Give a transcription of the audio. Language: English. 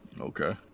Okay